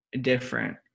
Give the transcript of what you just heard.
Different